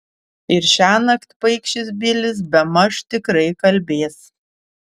ir šiąnakt paikšis bilis bemaž tikrai kalbės